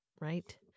right